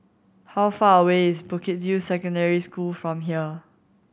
how far away is Bukit View Secondary School from here